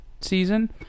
season